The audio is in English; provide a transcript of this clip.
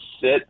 sit